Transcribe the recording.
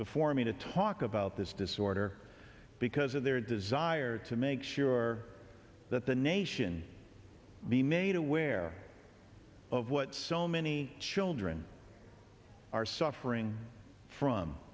before me to talk about this disorder because of their desire to make sure that the nation be made aware of what so many children are suffering from